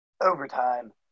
overtime